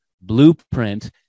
blueprint